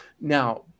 Now